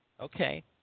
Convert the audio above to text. okay